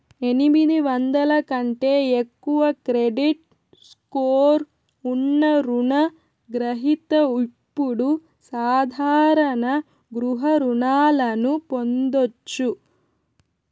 ఎనిమిది వందల కంటే ఎక్కువ క్రెడిట్ స్కోర్ ఉన్న రుణ గ్రహిత ఇప్పుడు సాధారణ గృహ రుణాలను పొందొచ్చు